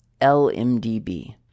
LMDB